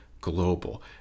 global